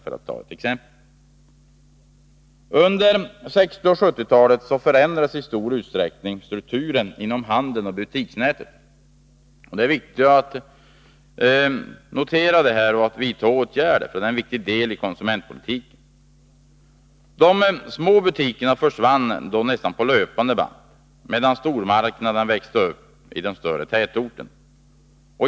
Under 1960 och 1970-talen förändrades i stor utsträckning strukturen inom handeln och butiksnätet. Det är viktigt att notera det och vidta åtgärder. Detta är en viktig del av konsumentpolitiken. De små butikerna försvann då nästan på löpande band, medan stormarknaderna växte uppi de större tätorterna.